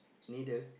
needle